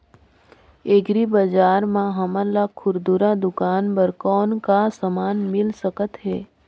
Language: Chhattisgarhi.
एग्री बजार म हमन ला खुरदुरा दुकान बर कौन का समान मिल सकत हे?